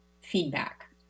feedback